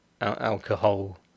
alcohol